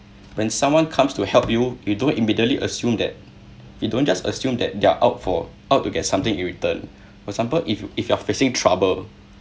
when someone comes to help you you don't immediately assume that you don't just assume that they're out for out to get something in return for example if you if you are facing trouble